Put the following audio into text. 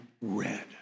red